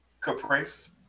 caprice